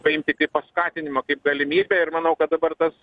paimti kaip paskatinimą kaip galimybę ir manau kad dabar tas